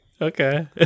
Okay